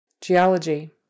geology